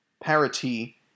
parity